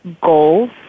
goals